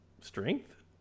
strength